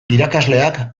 irakasleak